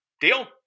deal